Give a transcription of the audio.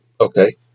Okay